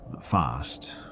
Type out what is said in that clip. fast